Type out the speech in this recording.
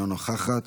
אינה נוכחת,